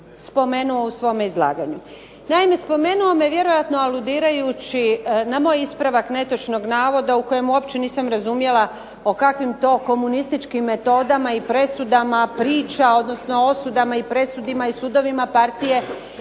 spomenuo u svome izlaganju. Naime, spomenuo me vjerojatno aludirajući na moj ispravak netočnog navoda u kojemu uopće nisam razumjela o kakvim to komunističkim metodama i presudama priča, odnosno o osudama i presudama i sudovima partije